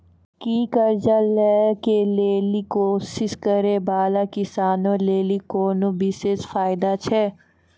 कि कर्जा लै के लेली कोशिश करै बाला किसानो लेली कोनो विशेष फायदा छै?